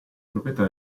proprietà